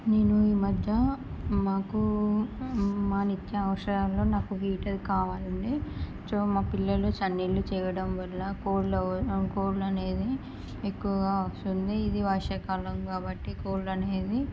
నేను ఈ మధ్య మాకు మా నిత్య అవసరాలలో నాకు హీటర్ కావాలని సో మా పిల్లలు చన్నీళ్ళు చేయడం వల్ల కోల్డ్ కోల్డ్ అనేది ఎక్కువగా వస్తుంది ఇది వర్షాకాలం కాబట్టి కోల్డ్ అనేది